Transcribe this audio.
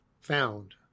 found